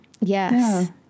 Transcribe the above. Yes